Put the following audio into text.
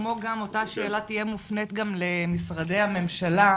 כמו גם אותה שאלה תהיה מופנית גם למשרדי הממשלה.